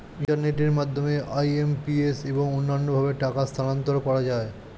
ইন্টারনেটের মাধ্যমে আই.এম.পি.এস এবং অন্যান্য ভাবে টাকা স্থানান্তর করা যায়